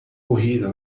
corrida